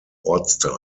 ortsteil